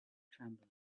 tremble